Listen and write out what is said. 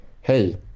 hey